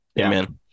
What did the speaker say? Amen